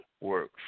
works